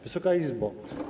Wysoka Izbo!